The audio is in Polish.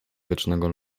wiecznego